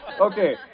okay